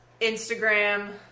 Instagram